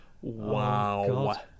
Wow